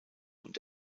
und